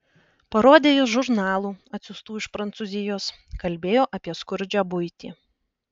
parodė jis žurnalų atsiųstų iš prancūzijos kalbėjo apie skurdžią buitį